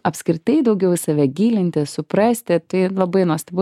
apskritai daugiau į save gilintis suprasti tai labai nuostabu